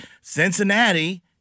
Cincinnati